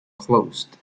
closed